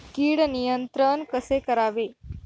कीड नियंत्रण कसे करावे?